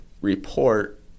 report